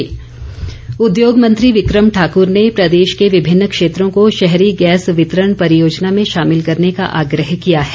विक्रम ठाकुर उद्योग मंत्री विक्रम ठाकुर ने प्रदेश के विभिन्न क्षेत्रों को शहरी गैस वितरण परियोजना में शामिल करने का आग्रह किया है